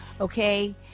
Okay